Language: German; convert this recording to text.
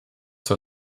zur